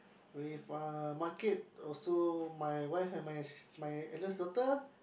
with a market also my wife and my my eldest daughter